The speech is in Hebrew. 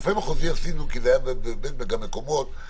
רופא מחוזי עשינו כי זה היה גם בעסקים.